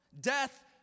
Death